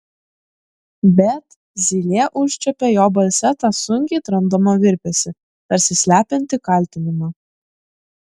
bet zylė užčiuopė jo balse tą sunkiai tramdomą virpesį tarsi slepiantį kaltinimą